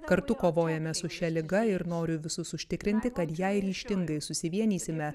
kartu kovojame su šia liga ir noriu visus užtikrinti kad jei ryžtingai susivienysime